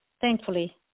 thankfully